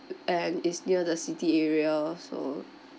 and it's near the city area so